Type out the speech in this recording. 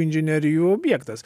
inžinerijų objektas